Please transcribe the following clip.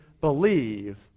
believe